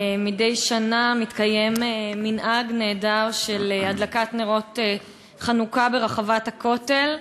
מדי שנה מתקיים מנהג נהדר של הדלקת נרות חנוכה ברחבת הכותל,